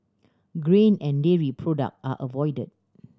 grain and dairy product are avoided